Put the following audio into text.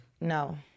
No